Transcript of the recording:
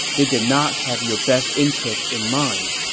they did not have your best interest in mind.